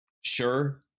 Sure